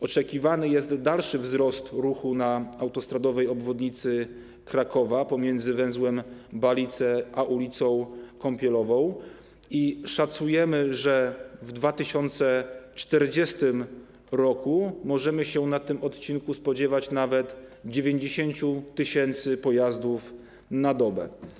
Oczekiwany jest dalszy wzrost ruchu na autostradowej obwodnicy Krakowa pomiędzy węzłem Balice a ul. Kąpielową - szacujemy, że w 2040 r. możemy się na tym odcinku spodziewać nawet 90 tys. pojazdów na dobę.